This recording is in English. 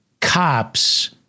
Cops